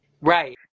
right